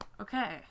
Okay